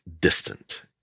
distant